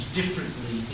differently